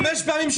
מילה זו מילה.